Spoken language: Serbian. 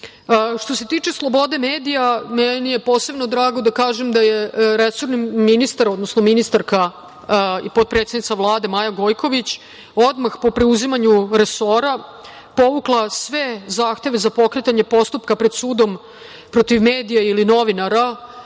se tiče slobode medija, meni je posebno drago da kažem da je resorni ministar, odnosno ministarka i potpredsednica Vlade Maja Gojković odmah po preuzimanju resora povukla sve zahteve za pokretanje postupka pred sudom protiv medija ili novinara